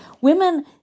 women